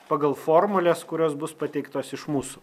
pagal formules kurios bus pateiktos iš mūsų